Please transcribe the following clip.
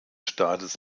staates